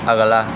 ਅਗਲਾ